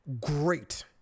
great